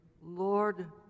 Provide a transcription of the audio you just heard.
Lord